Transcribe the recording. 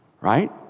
right